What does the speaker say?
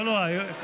לא נורא.